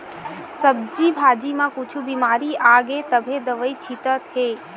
सब्जी भाजी म कुछु बिमारी आगे तभे दवई छितत हे